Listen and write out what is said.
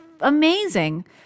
amazing